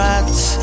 Rats